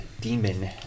demon